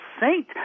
saint